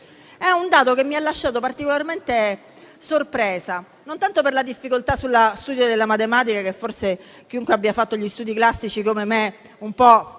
È un dato che mi ha lasciato particolarmente sorpresa, e non tanto per la difficoltà nello studio della matematica, che forse chiunque abbia fatto gli studi classici come me in